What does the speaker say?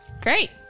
Great